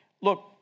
Look